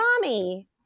mommy